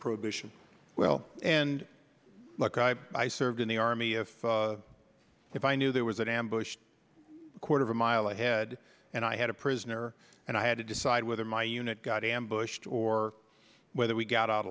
prohibition well and i served in the army if if i knew there was an ambush a quarter of a mile ahead and i had a prisoner and i had to decide whether my unit got ambushed or whether we got out